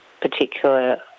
particular